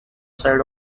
side